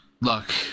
Look